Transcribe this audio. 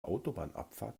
autobahnabfahrt